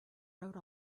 wrote